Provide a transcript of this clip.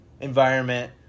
environment